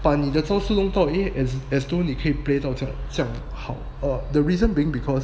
把你的招数弄到 as as as though 你可以 play 这样好 uh the reason being because